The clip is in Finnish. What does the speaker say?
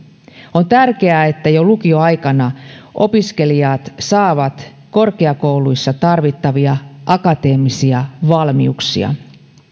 on tärkeää että jo lukioaikana opiskelijat saavat korkeakouluissa tarvittavia akateemisia valmiuksia